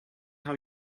how